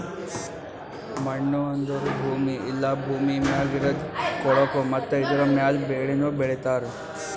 ಮಣ್ಣು ಅಂದುರ್ ಭೂಮಿ ಇಲ್ಲಾ ಭೂಮಿ ಮ್ಯಾಗ್ ಇರದ್ ಕೊಳಕು ಮತ್ತ ಇದುರ ಮ್ಯಾಲ್ ಬೆಳಿನು ಬೆಳಿತಾರ್